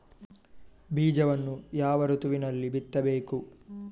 ಬೀಜವನ್ನು ಯಾವ ಋತುವಿನಲ್ಲಿ ಬಿತ್ತಬೇಕು?